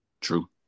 True